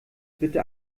bitte